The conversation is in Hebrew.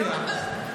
יוליה,